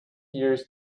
years